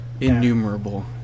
Innumerable